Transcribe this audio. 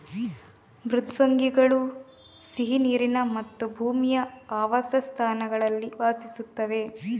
ಮೃದ್ವಂಗಿಗಳು ಸಿಹಿ ನೀರಿನ ಮತ್ತು ಭೂಮಿಯ ಆವಾಸಸ್ಥಾನಗಳಲ್ಲಿ ವಾಸಿಸುತ್ತವೆ